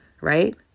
right